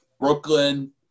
Brooklyn